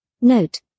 Note